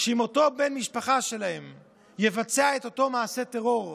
אם אותו בן משפחה שלהם יבצע את אותו מעשה טרור,